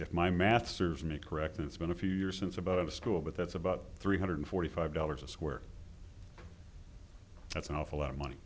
if my math serves me correct it's been a few years since about a school but that's about three hundred forty five dollars a square that's an awful lot of money